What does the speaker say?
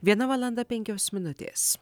viena valanda penkios minutės